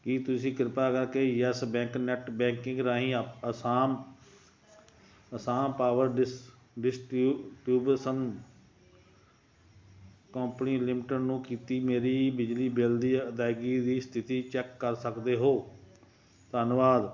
ਕੀ ਤੁਸੀਂ ਕਿਰਪਾ ਕਰਕੇ ਯੈੱਸ ਬੈਂਕ ਨੈੱਟ ਬੈਂਕਿੰਗ ਰਾਹੀਂ Assam Assam power dis distribution company limited ਨੂੰ ਕੀਤੀ ਮੇਰੀ ਬਿਜਲੀ ਬਿੱਲ ਦੀ ਅਦਾਇਗੀ ਦੀ ਸਥਿਤੀ ਚੈਕ ਕਰ ਸਕਦੇ ਹੋ ਧੰਨਵਾਦ